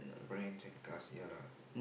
the brand and cars ya lah